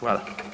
Hvala.